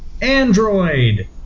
Android